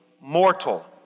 mortal